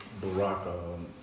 Barack